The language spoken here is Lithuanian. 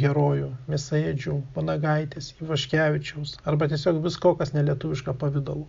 herojų mėsaėdžių vanagaitės ivaškevičiaus arba tiesiog visko kas nelietuviška pavidalu